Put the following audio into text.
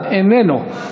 איננו,